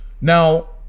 Now